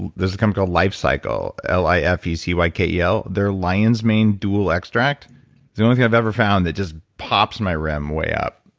there's a company called life cykel, l i f e c y k e l. they're lion's maine dual extract is the only thing i've ever found that just pops my rem way up.